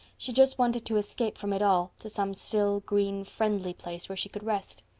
she just wanted to escape from it all to some still, green, friendly place where she could rest.